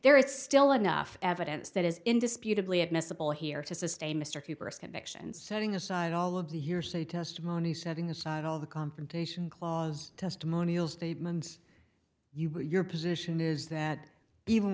there is still enough evidence that is indisputably admissible here to sustain mr peepers conviction setting aside all of the year so the testimony setting aside all the confrontation clause testimonial statements your position is that even